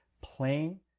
plain